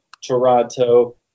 Toronto